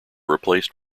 replaced